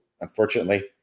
unfortunately